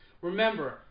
Remember